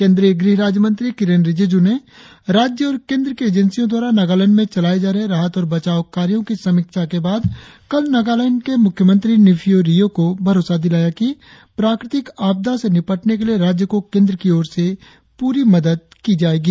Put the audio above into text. केंद्रीय गृह राज्यमंत्री किरेन रिजिज्ञ ने राज्य और केंद्र की एजेंसियों द्वारा नगालैंड में चलाए जा रहे राहत और बचाव कार्यों की समीक्षा के बाद कल नगालैंड के मुख्यमंत्री नीफियों रियो को भरोसा दिलाया कि प्राकृतिक आपदा से निपटने के लिए राज्य को केंद्र की ओर से पूरी मदद दी जाएगी